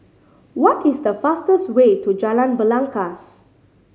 what is the fastest way to Jalan Belangkas